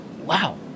Wow